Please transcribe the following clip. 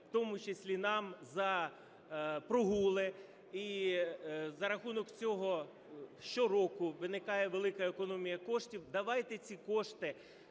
в тому числі нам за прогули, і за рахунок цього щороку виникає велика економія коштів, давайте ці кошти